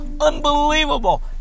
Unbelievable